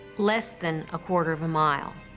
less than a quarter of a mile.